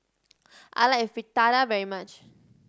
I like Fritada very much